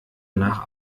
nach